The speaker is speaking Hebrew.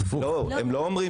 הן לא אומרות